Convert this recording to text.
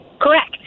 Correct